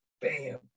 bam